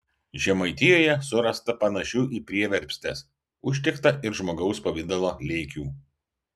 žemaitijoje surasta panašių į prieverpstes užtikta ir žmogaus pavidalo lėkių